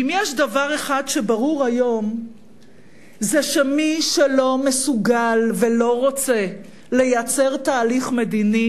אם יש דבר אחד שברור היום זה שמי שלא מסוגל ולא רוצה לייצר תהליך מדיני,